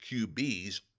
QBs